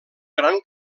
gran